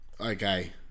okay